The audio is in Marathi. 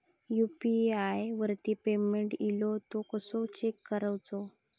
यू.पी.आय वरती पेमेंट इलो तो कसो चेक करुचो?